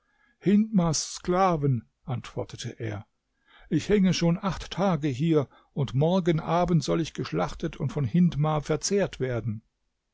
hindmars sklaven antwortete er ich hänge schon acht tage hier und morgen abend soll ich geschlachtet und von hindmar verzehrt werden